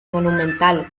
monumental